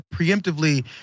preemptively